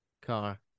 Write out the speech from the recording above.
car